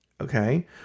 Okay